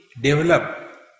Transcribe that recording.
Develop